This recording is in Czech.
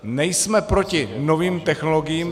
Nejsme proti novým technologiím.